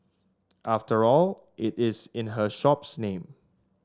after all it is in her shop's name